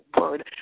word